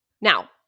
Now